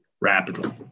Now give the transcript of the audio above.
rapidly